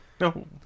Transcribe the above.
No